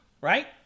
right